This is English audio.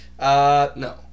No